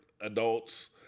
adults